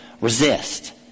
resist